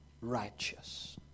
righteous